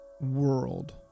world